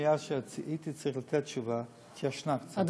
מאז שהייתי צריך לתת תשובה, התיישנה קצת.